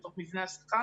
בתוך מבנה השכר